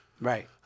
Right